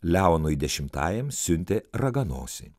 leonui dešimtajam siuntė raganosį